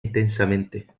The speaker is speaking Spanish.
intensamente